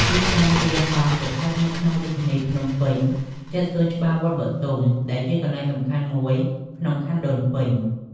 ទីតាំងវាលហង្សស្ថិតនៅក្នុងរាជធានីភ្នំពេញ ជិតសួនច្បារវត្តបុទុម ដែលជាកន្លែងសំខាន់មួយក្នុងខណ្ឌដូនពេញ។